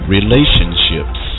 Relationships